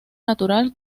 natural